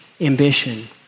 ambition